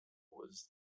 was